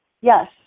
yes